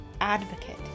Advocate